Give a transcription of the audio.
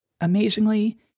amazingly